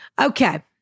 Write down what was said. Okay